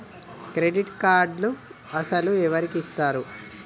Credit కార్డులు అసలు ఎవరికి ఇస్తారు?